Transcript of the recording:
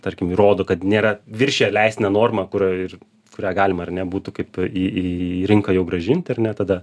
tarkim įrodo kad nėra viršiję leistiną normą kur ir kurią galima ar ne būtų kaip į į rinką jau grąžinti ar ne tada